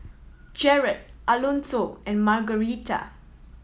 Jered Alonso and Margarita